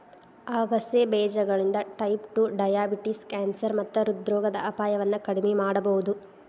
ಆಗಸೆ ಬೇಜಗಳಿಂದ type two diabetes, cancer ಮತ್ತ ಹೃದ್ರೋಗದ ಅಪಾಯವನ್ನ ಕಡಿಮಿ ಮಾಡಬೋದು